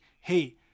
hey